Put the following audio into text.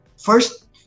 first